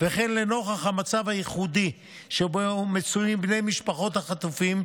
וכן לנוכח המצב הייחודי שבו מצויים בני משפחות החטופים,